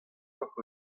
hocʼh